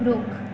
रोक़ु